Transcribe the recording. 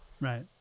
Right